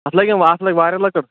اَتھ لگَن اَتھ لگہِ واریاہ لٔکٕر